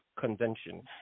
Convention